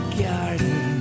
garden